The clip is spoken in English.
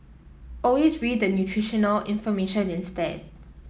always read the nutritional information instead